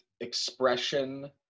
expression